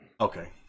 Okay